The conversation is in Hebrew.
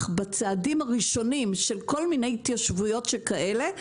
בצעדים הראשונים של כל מיני התיישבויות שכאלה.